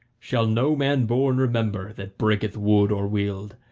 shall no man born remember, that breaketh wood or weald,